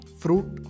fruit